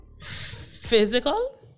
Physical